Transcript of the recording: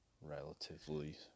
relatively